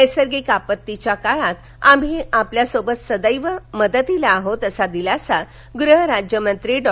नैसर्गिक आपत्तीच्या काळात आम्ही आपल्यासोबत सदैव मदतीला आहोत असा दिलासा गृह राज्यमंत्री डॉ